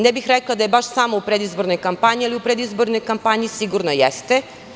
Ne bih rekla da je samo u predizbornoj kampanji, ali u predizbornoj kampanji sigurno jeste.